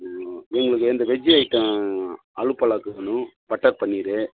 எங்களுக்கு இந்த veggie item aloo palak வேணும் பட்டர் பன்னீரு